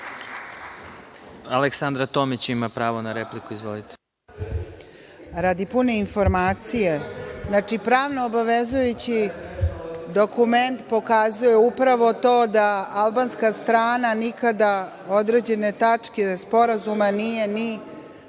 Aleksandra Tomić. **Aleksandra Tomić** Radi pune informacije, znači, pravno obavezujući dokument pokazuje upravo to da albanska strana nikada određene tačke sporazuma nije ni